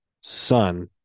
son